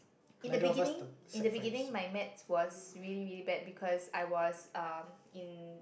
in the beginning in the beginning my maths was really really bad because I was um in